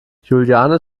juliane